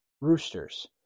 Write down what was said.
roosters